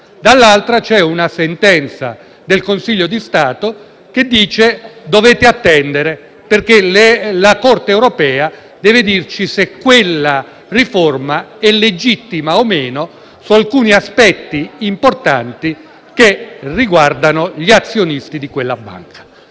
dall'altra, c'è una sentenza del Consiglio di Stato che dice loro che devono attendere, perché la Corte europea devi dire se quella riforma è legittima o meno su alcuni aspetti importanti che riguardano gli azionisti di quella banca.